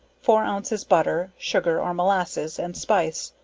four ounces butter, sugar or molasses and spice